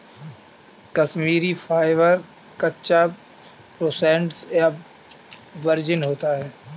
Kashmiri fibre, कच्चा, processed या virgin होता है